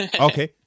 Okay